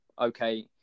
okay